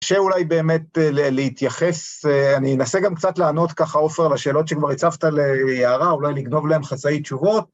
שאולי באמת להתייחס, אני אנסה גם קצת לענות ככה עופר לשאלות שכבר הצבת ליערה, אולי לגנוב להן חצאי תשובות.